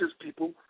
people